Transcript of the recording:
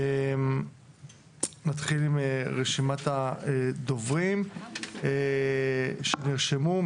נתחיל עם רשימת הדוברים שנרשמו.